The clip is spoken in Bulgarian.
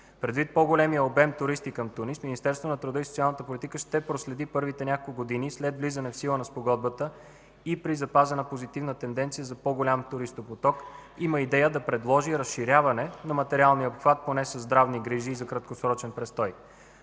Предвид по-големия обем туристи към Тунис, Министерството на труда и социалната политика ще проследи първите няколко години след влизане в сила на Спогодбата, и при запазена позитивна тенденция за по-голям туристопоток, има идея да предложи разширяване на материалния обхват поне със здравни грижи за краткосрочен престой.